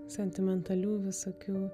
sentimentalių visokių